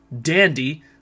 Dandy